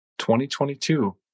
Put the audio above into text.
2022